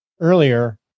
earlier